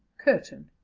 curtain